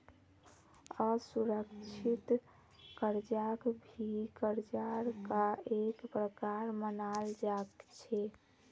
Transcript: असुरिक्षित कर्जाक भी कर्जार का एक प्रकार मनाल जा छे